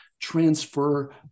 transfer